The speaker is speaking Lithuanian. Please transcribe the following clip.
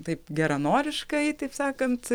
taip geranoriškai taip sakant